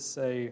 say